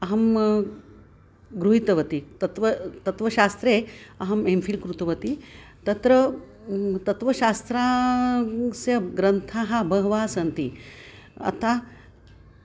अहं गृहीतवती तत्वं तत्वशास्त्रे अहम् एम् फ़िल् कृतवती तत्र तत्वशास्त्रं स्य ग्रन्थाः बहवः सन्ति अतः